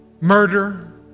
murder